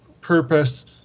purpose